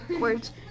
words